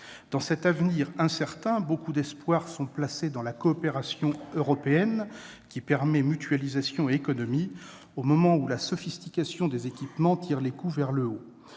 Dans cet avenir incertain, beaucoup d'espoirs sont placés dans la coopération européenne, qui permet mutualisation et économies, au moment où la sophistication des équipements tire les coûts vers le haut.